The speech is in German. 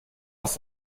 aus